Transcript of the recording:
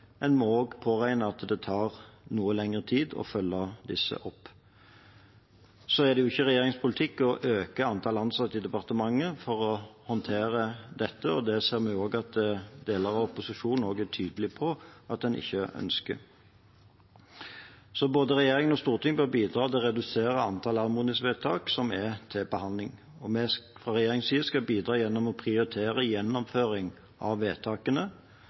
en må påregne at det tar noe lengre tid å følge disse opp. Så er det ikke regjeringens politikk å øke antallet ansatte i departementet for å håndtere dette. Det ser vi også at deler av opposisjonen er tydelige på at en ikke ønsker. Både regjeringen og Stortinget bør bidra til å redusere antallet anmodningsvedtak som er til behandling. Vi fra regjeringens side skal bidra gjennom å prioritere gjennomføring av vedtakene.